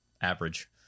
average